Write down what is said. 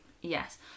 yes